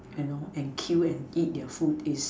you know and kill and eat their food ace